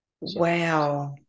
Wow